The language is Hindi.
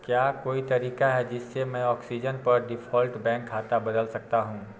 क्या कोई तरीका है जिससे मैं ऑक्सीजन पर डिफ़ॉल्ट बैंक खाता बदल सकता हूँ